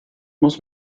muss